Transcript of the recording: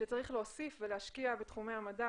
שצריך להוסיף ולהשקיע בתחומי המדע